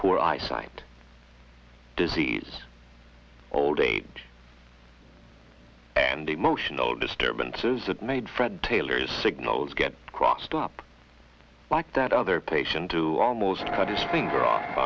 poor eyesight disease old age and emotional disturbances that made fred taylor's signals get crossed up like that other patient to almost cut his finger off